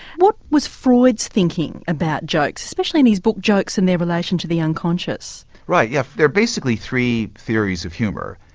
what was freud's thinking about jokes, especially in his book jokes and their relation to the unconscious? right, yeah there are basically three theories of humour.